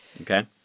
Okay